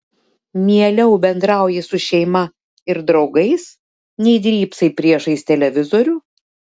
mieliau bendrauji su šeima ir draugais nei drybsai priešais televizorių